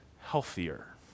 healthier